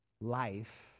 life